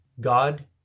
God